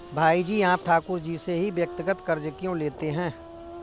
भाई जी आप ठाकुर जी से ही व्यक्तिगत कर्ज क्यों लेते हैं?